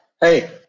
Hey